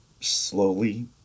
slowly